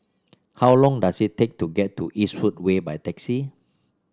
how long does it take to get to Eastwood Way by taxi